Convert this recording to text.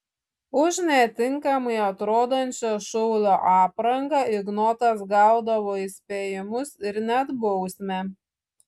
už netinkamai atrodančią šaulio aprangą ignotas gaudavo įspėjimus ir net bausmę